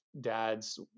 dads